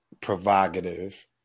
provocative